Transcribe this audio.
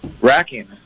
racking